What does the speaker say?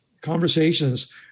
conversations